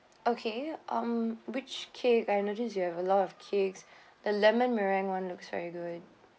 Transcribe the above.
okay um which cake I noticed you have a lot of cakes the lemon meringue [one] looks very good